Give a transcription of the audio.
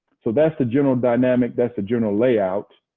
so that's the general dynamic, that's the general layout.